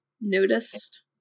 noticed